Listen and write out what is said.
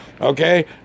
Okay